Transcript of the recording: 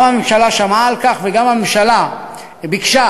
גם הממשלה שמעה על כך וגם הממשלה ביקשה,